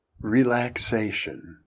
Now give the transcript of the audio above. relaxation